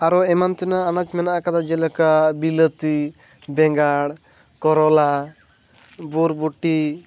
ᱟᱨᱚ ᱮᱢᱟᱱ ᱛᱮᱱᱟᱜ ᱟᱱᱟᱡ ᱢᱮᱱᱟᱜ ᱟᱠᱟᱫᱟ ᱡᱮᱞᱮᱠᱟ ᱵᱤᱞᱟᱹᱛᱤ ᱵᱮᱸᱜᱟᱲ ᱠᱚᱨᱚᱞᱟ ᱵᱚᱨᱵᱚᱴᱤ